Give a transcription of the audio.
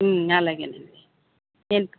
అలాగేనండి నేను